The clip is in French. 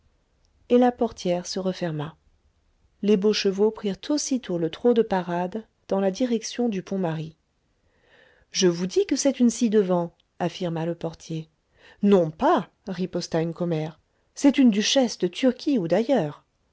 et la portière se referma les beaux chevaux prirent aussitôt le trot de parade dans la direction du pont marie je vous dis que c'est une ci-devant affirma le portier non pas riposta une commère c'est une duchesse de turquie ou d'ailleurs